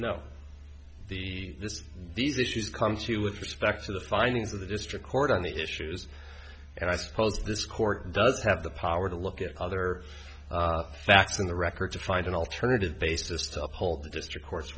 no the this these issues comes to you with respect to the findings of the district court on the issues and i suppose this court does have the power to look at other facts in the record to find an alternative basis to uphold the district cour